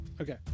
Okay